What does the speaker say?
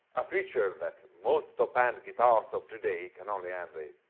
a feature that most top end guitars of today can only envy.